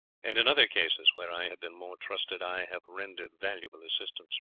and in other cases where i have been more trusted i have rendered valuable assistance.